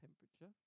temperature